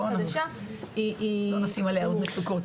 לא נשים עליה עוד מצוקות.